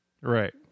Right